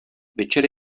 večer